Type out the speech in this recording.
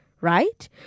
right